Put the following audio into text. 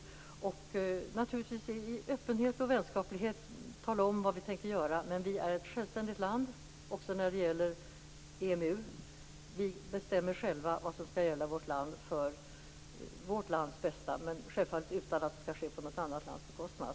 Vi skall naturligtvis i öppenhet och vänskaplighet tala om vad vi tänker göra, men Sverige är ett självständigt land också när det gäller EMU. Vi bestämmer själva vad som skall gälla vårt land för vårt lands bästa. Det skall självfallet inte ske på något annat lands bekostnad.